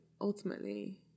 ultimately